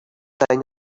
thing